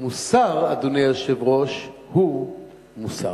מוסר, אדוני היושב-ראש, הוא מוסר.